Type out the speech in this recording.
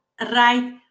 right